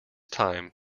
time